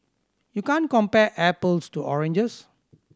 you can't compare apples to oranges